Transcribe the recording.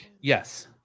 Yes